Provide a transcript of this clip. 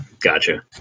Gotcha